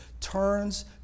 turns